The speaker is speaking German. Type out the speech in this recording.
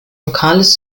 lokales